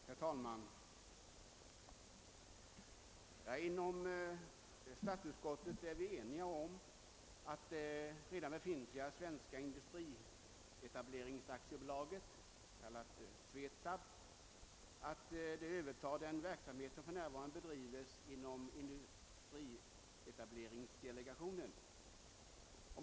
Herr talman! Inom statsutskottet är vi eniga om att det redan befintliga Svenska = industrietableringsaktiebolaget, kallat SVETAB, skall överta den verksamhet som för närvarande bedrivs inom = industrietableringsdelegationen.